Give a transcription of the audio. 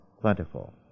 plentiful